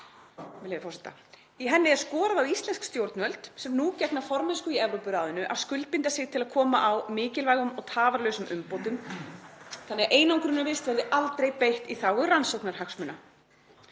Í henni er skorað á íslensk stjórnvöld, sem nú gegna formennsku í Evrópuráðinu, að skuldbinda sig til að koma á mikilvægum og tafarlausum umbótum þannig að einangrunarvist verði aldrei beitt í þágu rannsóknarhagsmuna.“